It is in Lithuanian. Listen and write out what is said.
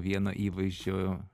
vieno įvaizdžio